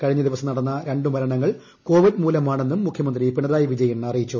കഴിഞ്ഞ ദിവസം നടന്ന രണ്ട് മരണങ്ങൾ കോവിഡ് മൂലമാണെന്നും മുഖ്യമന്ത്രി അറിയിച്ചു